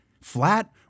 Flat